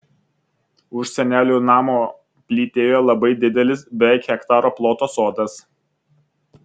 už senelių namo plytėjo labai didelis beveik hektaro ploto sodas